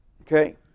Okay